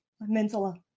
Mental